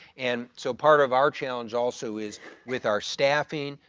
and so part of our challenge also is with our staffing,